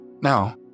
Now